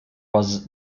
was